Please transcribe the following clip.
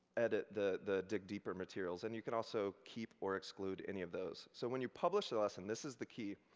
edit the the dig deeper materials. and you can also keep or exclude any of those. so when you publish a lesson, this is the key,